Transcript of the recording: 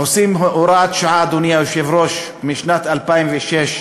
עושים הוראת שעה, אדוני היושב-ראש, משנת 2006,